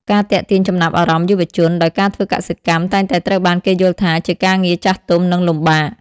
ការទាក់ទាញចំណាប់អារម្មណ៍យុវជន ដោយការធ្វើកសិកម្មតែងតែត្រូវបានគេយល់ថាជាការងារចាស់ទុំ និងលំបាក។